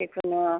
जिखुनु